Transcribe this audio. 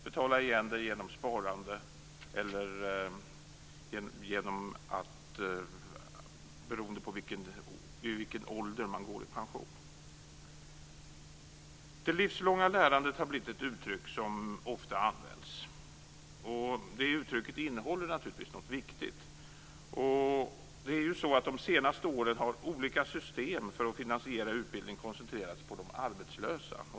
Det kan ske genom sparande beroende på i vilken ålder man går i pension. Det livslånga lärandet har blivit ett uttryck som ofta används. Det uttrycket innehåller naturligtvis något viktigt. De senaste åren har olika system för att finansiera utbildning koncentrerats på de arbetslösa.